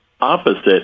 opposite